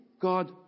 God